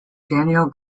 daniel